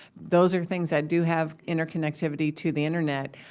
those are things that do have interconnectivity to the internet.